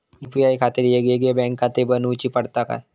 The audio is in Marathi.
यू.पी.आय खातीर येगयेगळे बँकखाते बनऊची पडतात काय?